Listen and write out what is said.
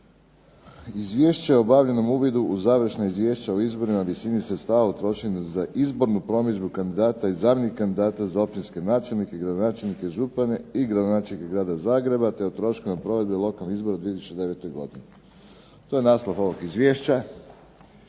Izvješće o obavljenom uvidu u završna izvješća o izborima i visini sredstava utrošenih za izbornu promidžbu kandidata i zamjenika kandidata za općinske načelnike i gradonačelnike i župane i gradonačelnike grada Zagreba te o troškovima provedbe lokalnih izbora u 2009. godini. To je naslov ovog izvješća.